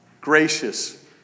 gracious